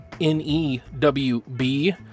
N-E-W-B